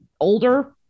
older